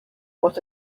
what